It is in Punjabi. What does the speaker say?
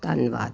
ਧੰਨਵਾਦ